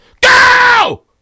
Go